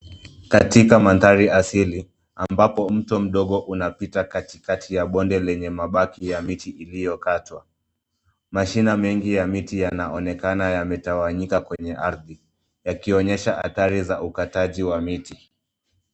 Katika mandhari asili ambapo mto mdogo unaopita katikati ya bonde lenye mabaki ya miti iliyokatwa. Mashina mengi ya miti yanaonekana yametawanyika kwenye ardhi yakionyesha athari za ukataji wa miti.